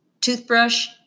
toothbrush